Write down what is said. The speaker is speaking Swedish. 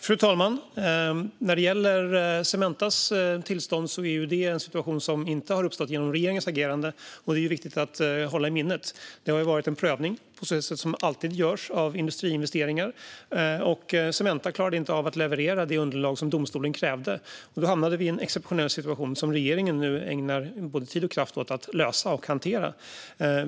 Fru talman! När det gäller Cementas tillstånd är det en situation som inte har uppstått genom regeringens agerande - det är viktigt att hålla i minnet. Det har varit en prövning på samma sätt som alltid görs av industriinvesteringar, och Cementa klarade inte av att leverera det underlag som domstolen krävde. Då hamnade vi i en exceptionell situation, som regeringen nu ägnar både tid och kraft åt att lösa och hantera.